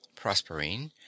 Prosperine